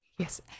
Yes